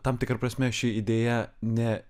tam tikra prasme ši idėja ne